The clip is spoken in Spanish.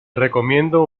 recomiendo